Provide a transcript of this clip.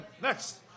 next